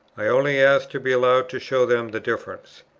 i only asked to be allowed to show them the difference.